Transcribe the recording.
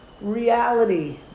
reality